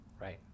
Right